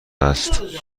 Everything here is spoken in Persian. است